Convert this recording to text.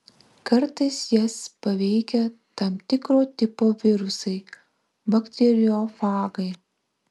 kartais jas paveikia tam tikro tipo virusai bakteriofagai